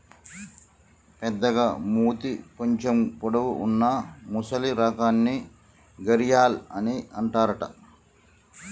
పెద్దగ మూతి కొంచెం పొడవు వున్నా మొసలి రకాన్ని గరియాల్ అని అంటారట